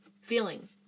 Feeling